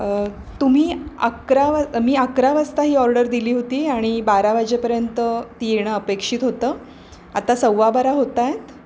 तुम्ही अकरा वा मी अकरा वाजता ही ऑर्डर दिली होती आणि बारा वाजेपर्यंत ती येणं अपेक्षित होतं आता सव्वा बारा होत आहेत